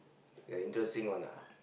the interesting one ah